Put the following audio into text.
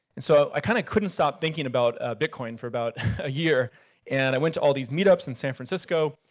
and so i kind of couldn't stop thinking about bitcoin for about a year and i went to all these meetups in san francisco,